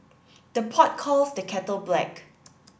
the pot calls the kettle black